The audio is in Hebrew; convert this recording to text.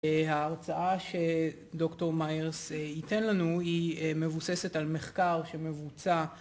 ההרצאה שדוקטור מאיירס ייתן לנו היא מבוססת על מחקר שמבוצע